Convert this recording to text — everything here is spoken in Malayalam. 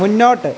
മുന്നോട്ട്